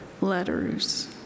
letters